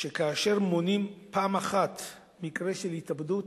שכאשר מונעים פעם אחת מקרה של התאבדות,